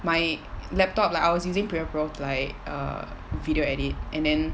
my laptop like I was using premiere pro to like err video edit and then